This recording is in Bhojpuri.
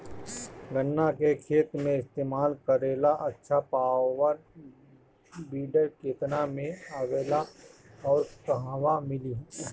गन्ना के खेत में इस्तेमाल करेला अच्छा पावल वीडर केतना में आवेला अउर कहवा मिली?